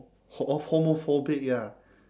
ho oh homophobic ya